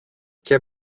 και